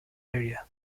area